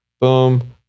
boom